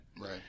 Right